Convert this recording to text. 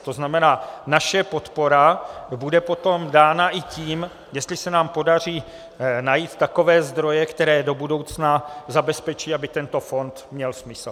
To znamená, naše podpora bude potom dána i tím, jestli se nám podaří najít takové zdroje, které to budoucna zabezpečí, aby tento fond měl smysl.